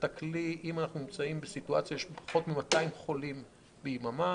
הכלי אם אנחנו נמצאים בסיטואציה של פחות מ-200 חולים ביממה.